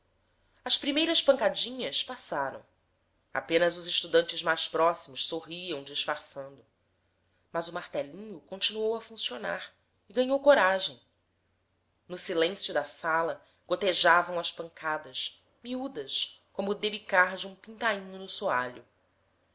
as primeiras pancadinhas passaram apenas os estudantes mais próximos sorriam disfarçando mas o martelinho continuou a funcionar e ganhou coragem no silêncio da sala gotejavam as pancadas miúdas como o debicar de um pintainho no